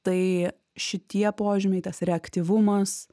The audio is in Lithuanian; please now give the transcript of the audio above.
tai šitie požymiai tas reaktyvumas